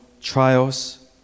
trials